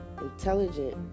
intelligent